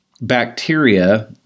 bacteria